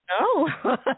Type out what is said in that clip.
No